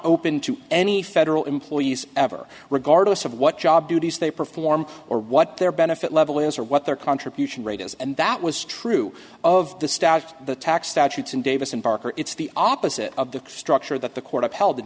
open to any federal employees ever regardless of what job duties they perform or what their benefit level is or what their contribution rate is and that was true of the stadt the tax statutes in davis and parker it's the opposite of the structure that the court upheld the